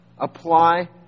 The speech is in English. Apply